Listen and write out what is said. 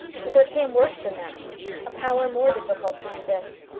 but there came worse than that a power more difficult to resist.